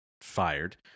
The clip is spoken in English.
fired